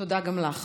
תודה גם לך.